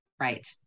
right